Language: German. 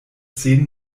zehn